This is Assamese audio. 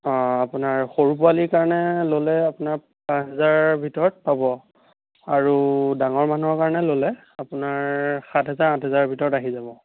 অঁ আপোনাৰ সৰু পোৱালিৰ কাৰণে ল'লে আপোনাৰ পাঁচ হেজাৰ ভিতৰত পাব আৰু ডাঙৰ মানুহৰ কাৰণে ল'লে আপোনাৰ সাত হেজাৰ আঠ হেজাৰৰ ভিতৰত আহি যাব